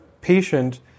patient